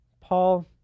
Paul